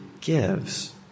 gives